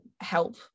help